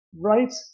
right